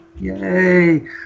Yay